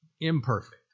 imperfect